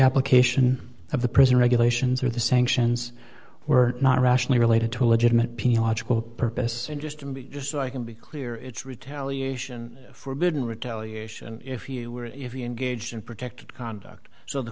application of the prison regulations or the sanctions were not rationally related to a legitimate purpose just just so i can be clear it's retaliation for a bit in retaliation if you were if he engaged in protective conduct so the